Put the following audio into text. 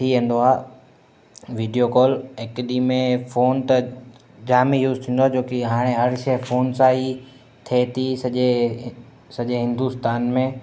थी वेंदो आहे वीडियो कॉल हिकु ॾींहं में फ़ोन त जामु यूज़ थींदो आहे जो की हाणे हर शइ फ़ोन सां ई थिए थी सॼे सॼे हिंदुस्तान में